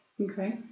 Okay